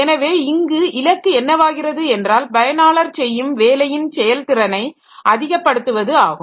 எனவே இங்கு இலக்கு என்னவாகிறது என்றால் பயனாளர் செய்யும் வேலையின் செயல்திறனை அதிகப்படுத்துவது ஆகும்